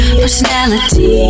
personality